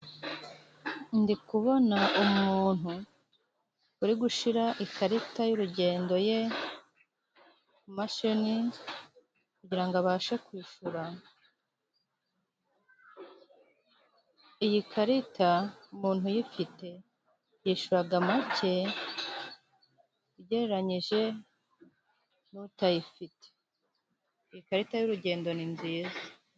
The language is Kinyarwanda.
Ndi kubona umuntu uri gushyira ikarita y'urugendo ye mu mashini, kugirango abashe kwishyura. Iyi karita umuntu uyifite yishyuraga make, ugereranije n'utayifite. Iyi karita y'urugendo ni nziza.